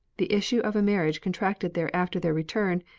the issue of a marriage contracted there after their return,